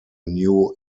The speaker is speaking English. new